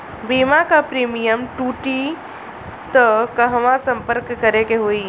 बीमा क प्रीमियम टूटी त कहवा सम्पर्क करें के होई?